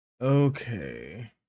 okay